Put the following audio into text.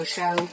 Show